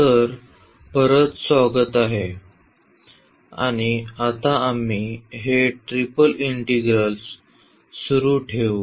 तर परत स्वागत आहे आणि आता आम्ही हे ट्रिपल इंटिग्रल सुरू ठेवू